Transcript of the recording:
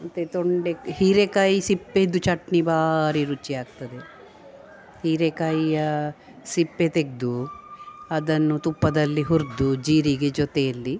ಮತ್ತು ತೊಂಡೆ ಹೀರೆಕಾಯಿ ಸಿಪ್ಪೆಯದು ಚಟ್ನಿ ಭಾರಿ ರುಚಿ ಆಗ್ತದೆ ಹೀರೆಕಾಯಿಯ ಸಿಪ್ಪೆ ತೆಗೆದು ಅದನ್ನು ತುಪ್ಪದಲ್ಲಿ ಹುರಿದು ಜೀರಿಗೆ ಜೊತೆಯಲ್ಲಿ